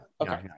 okay